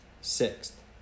Sixth